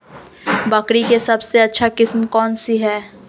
बकरी के सबसे अच्छा किस्म कौन सी है?